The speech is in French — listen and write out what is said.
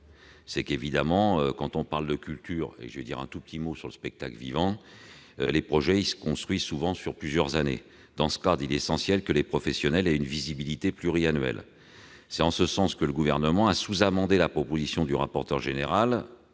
: évidemment, en matière de culture- et je dirai un mot sur le spectacle vivant -, les projets se construisent souvent sur plusieurs années. Il est alors essentiel que les professionnels aient une visibilité pluriannuelle. C'est dans ce sens que le Gouvernement a sous-amendé la proposition du rapporteur général